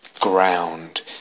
ground